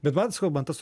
bet man sakau man tas